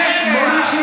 חבר הכנסת משה